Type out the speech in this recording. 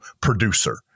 producer